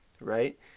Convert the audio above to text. right